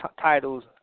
titles